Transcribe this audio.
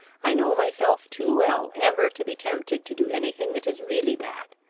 i know myself too well, ever to be tempted to do any thing that is really bad.